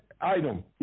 item